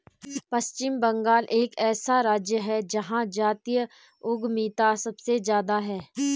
पश्चिम बंगाल एक ऐसा राज्य है जहां जातीय उद्यमिता सबसे ज्यादा हैं